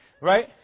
Right